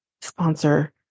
sponsor